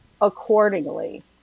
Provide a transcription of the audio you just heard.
accordingly